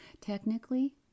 Technically